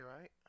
right